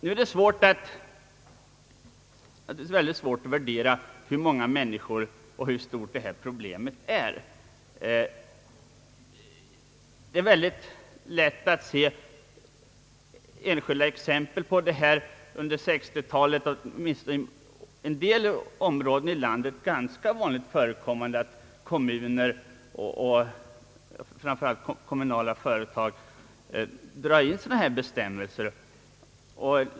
Nu är det mycket svårt att värdera hur många människor det här gäller och hur stort detta problem är. Vi kan finna exempel på att det under 1960 talet på åtminstone en del områden här i landet varit ganska vanligt förekommande att bl.a. kommunala företag tilllämpat diskriminering.